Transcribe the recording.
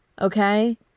okay